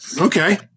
Okay